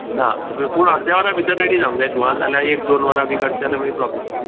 ना पूण अर्द्या वरा भितर रेडी जावंक जाय तूं आं ना जाल्यार एक दोन वरां बी काडशीं जाल्यार मागीर प्रॉब्लम जातले